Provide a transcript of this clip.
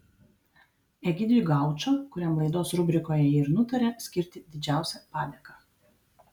egidijų gaučą kuriam laidos rubrikoje ji ir nutarė skirti didžiausią padėką